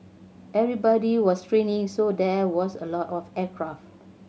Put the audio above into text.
everybody was training so there was a lot of aircraft